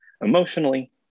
emotionally